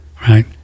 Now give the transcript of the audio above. right